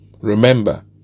Remember